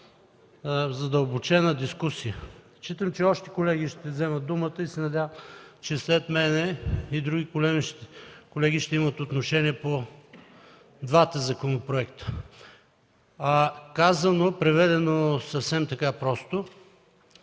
задълбочена дискусия. Считам, че още колеги ще вземат думата и се надявам, че след мен и други колеги ще имат отношение към двата законопроекта. Преведено съвсем просто